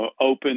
open